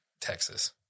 Texas